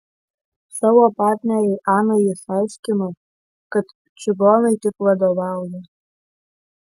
savo partnerei anai jis aiškino kad čigonai tik vadovauja